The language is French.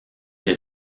les